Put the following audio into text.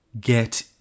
get